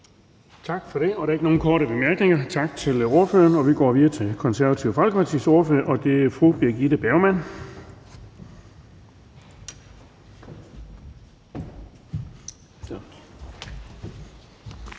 Tak for det. Der er ikke nogen korte bemærkninger. Tak til ordføreren. Vi går videre til Det Konservative Folkepartis ordfører, og det er fru Birgitte Bergman.